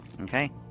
Okay